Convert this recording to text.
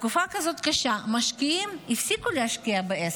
בתקופה כזאת קשה משקיעים הפסיקו להשקיע בעסק,